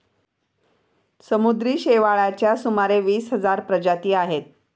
समुद्री शेवाळाच्या सुमारे वीस हजार प्रजाती आहेत